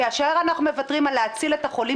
כאשר אנחנו מוותרים על להציל את החולים